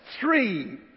Three